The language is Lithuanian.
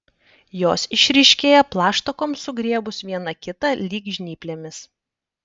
jos išryškėja plaštakoms sugriebus viena kitą lyg žnyplėmis